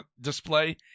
display